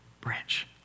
branch